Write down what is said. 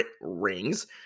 rings